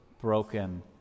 broken